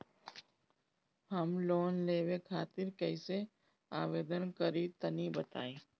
हम लोन लेवे खातिर कइसे आवेदन करी तनि बताईं?